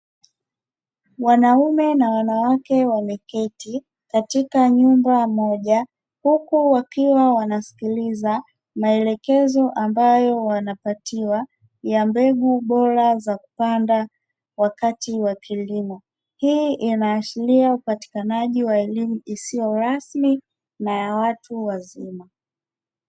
Wanaume na wanawake wameketi katika nyumba moja huku wakiwa wanasikiliza maelekezo ambayo wanapatiwa ya mbegu bora za kupanda wakati wa kilimo hii inaashiria upatikanaji wa elimu isiyo rasmi na ya watu wazima